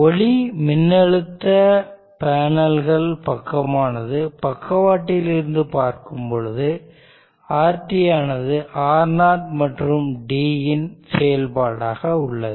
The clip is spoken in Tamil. ஒளிமின்னழுத்த பேனல்கள் பக்கமானது பக்கவாட்டில் இருந்து பார்க்கும் பொழுது RT ஆனது R0 மற்றும் d இன் செயல்பாடாக உள்ளது